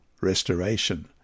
restoration